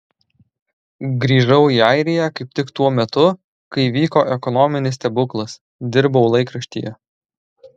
grįžau į airiją kaip tik tuo metu kai vyko ekonominis stebuklas dirbau laikraštyje